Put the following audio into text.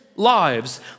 lives